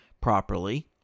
properly